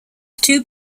two